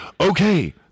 Okay